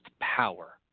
power